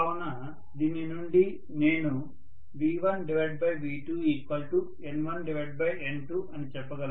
కావున దీని నుండి నేను V1V2N1N2 అని చెప్పగలను